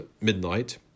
midnight